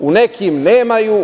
U nekim nemaju.